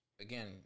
Again